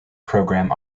program